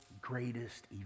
greatest